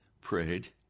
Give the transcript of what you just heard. prayed